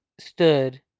stood